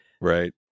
Right